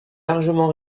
largement